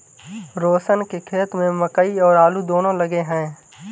रोशन के खेत में मकई और आलू दोनो लगे हैं